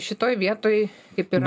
šitoj vietoj kaip ir